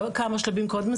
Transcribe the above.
כמה שלבים קודם,